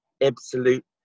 absolute